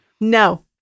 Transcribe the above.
No